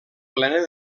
plena